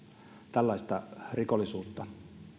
tällaista rikollisuutta